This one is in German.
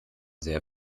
sehr